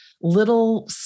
little